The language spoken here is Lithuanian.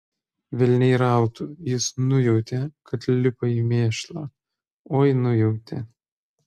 velniai rautų jis nujautė kad lipa į mėšlą oi nujautė